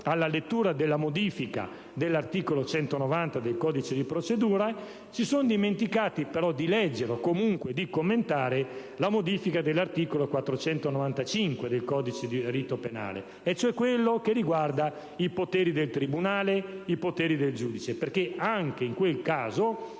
alla lettura della modifica dell'articolo 190 del codice di procedura penale, e si sono dimenticati di leggere, o comunque di commentare, la modifica dell'articolo 495 del codice di rito penale, cioè quella che riguarda i poteri del tribunale e del giudice. Anche in quel caso,